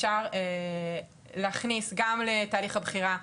אפשר להכניס גם לתהליך הבחירה,